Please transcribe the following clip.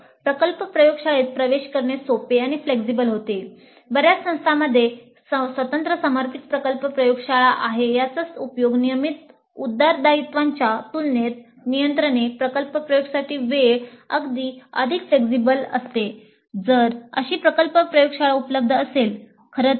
"प्रकल्प प्रयोगशाळेत प्रवेश करणे सोपे आणि फ्लेक्सिबल होते" होते "